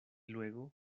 luego